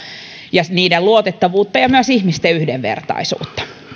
ja niiden luotettavuutta ja myös ihmisten yhdenvertaisuutta